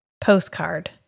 postcard